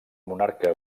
monarca